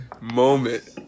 moment